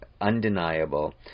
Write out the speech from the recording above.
undeniable